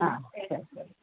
సరే